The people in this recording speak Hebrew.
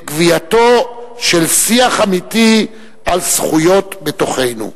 גוויעתו של שיח אמיתי על זכויות בתוכנו.